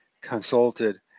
consulted